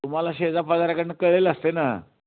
तुम्हाला शेजाऱ्या पाजाऱ्याकडू कळलेलं असते ना